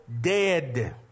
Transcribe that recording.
dead